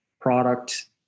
product